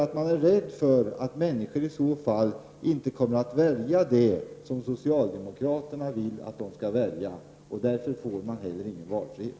De är rädda för att människorna i så fall inte skulle välja det som socialdemokraterna vill att de skall välja. Därför får man inte heller någon valfrihet.